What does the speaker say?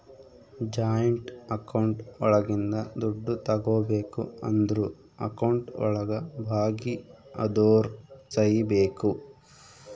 joint account ಒಳಗಿಂದ ದುಡ್ಡು ತಗೋಬೇಕು ಅಂದ್ರು ಅಕೌಂಟ್ ಒಳಗ ಭಾಗಿ ಅದೋರ್ ಸಹಿ ಬೇಕು